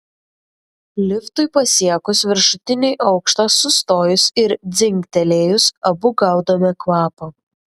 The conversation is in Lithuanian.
liftui pasiekus viršutinį aukštą sustojus ir dzingtelėjus abu gaudome kvapą